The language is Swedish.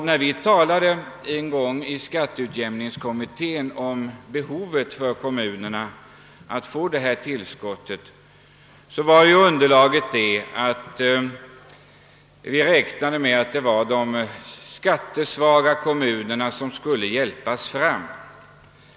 När vi en gång 1 skattekommittén talade om kommunernas behov av att få detta tillskott, räknade vi med att det var de skattesvaga kommunerna som skulle hjälpas fram.